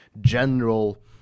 general